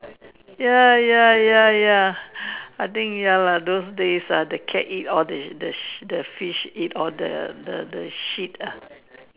ya ya ya ya I think ya lah those days ah the cat eat all the the the fish eat all the the the shit ah